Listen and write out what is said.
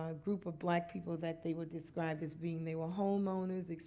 ah group of black people that they were described as being. they were homeowners,